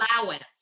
Allowance